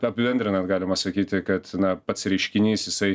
apibendrinant galima sakyti kad na pats reiškinys jisai